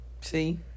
See